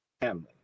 family